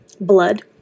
blood